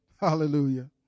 Hallelujah